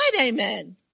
Amen